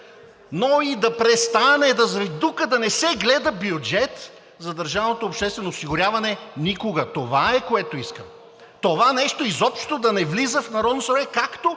Но и да престане тук да се гледа бюджетът за държавното обществено осигуряване – никога. Това е, което искам. Това нещо изобщо да не влиза в Народното събрание, както